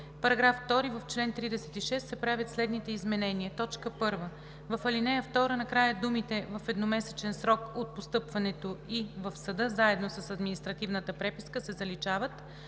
§ 2: „§ 2. В чл. 36 се правят следните изменения: 1. В ал. 2 накрая думите „в едномесечен срок от постъпването ѝ в съда заедно с административната преписка“ се заличават.